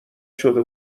شده